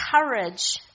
courage